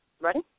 Ready